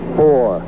four